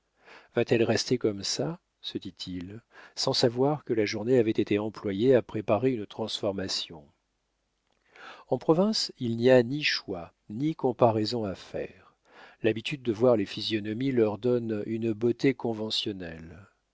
va-t-elle rester comme ça se dit-il sans savoir que la journée avait été employée à préparer une transformation en province il n'y a ni choix ni comparaison à faire l'habitude de voir les physionomies leur donne une beauté conventionnelle